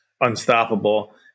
unstoppable